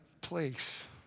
place